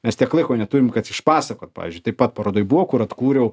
mes tiek laiko neturim kad išpasakot pavyžiui taip pat parodoj buvo kur atkūriau